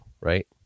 right